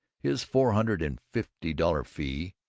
his four-hundred-and-fifty-dollar fee,